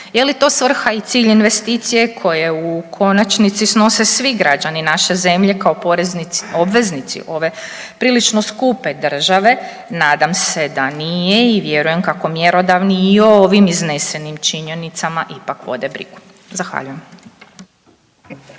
Je li to svrha i cilj investicije koje u konačnici, snose svi građani naše zemlje kao porezni obveznici ove prilično skupe države, nadam se da nije i vjerujem kako mjerodavni i o ovim iznesenim činjenicama ipak vode brigu. Zahvaljujem.